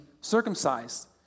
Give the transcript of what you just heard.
circumcised